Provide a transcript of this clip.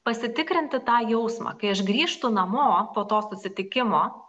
pasitikrinti tą jausmą kai aš grįžtu namo po to susitikimo